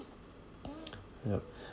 yup